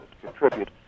contribute